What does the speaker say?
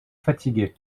fatigué